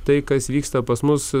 tai kas vyksta pas mus